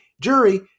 jury